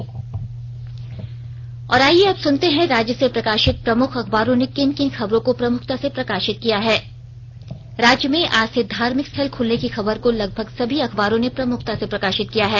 अखबारों की सुर्खियां और आईये अब सुनते हैं राज्य से प्रकाशित प्रमुख अखबारों ने किन किन खबरों को प्रमुखता से प्रकाशित किया है राज्य में आज से धार्मिक स्थल खुलने की खबर को लगभग सभी अखबारों ने प्रमुखता से प्रकाशित किया है